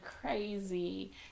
crazy